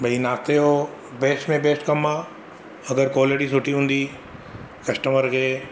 भई नाश्ते जो बैस्ट में बैस्ट कमु आहे अगरि क्वालिटी सुठी हूंदी कस्टमर खे